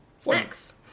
Snacks